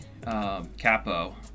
Capo